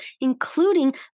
including